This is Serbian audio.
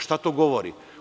Šta to govori?